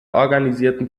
organisierten